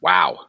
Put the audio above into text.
Wow